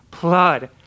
blood